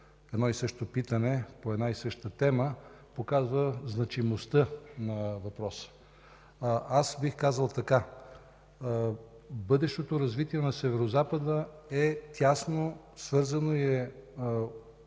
едно и също питане, по една и съща тема, показва значимостта на въпроса. Бих казал, че бъдещото развитие на Северозапада е тясно свързано,